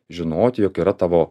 žinoti jog yra tavo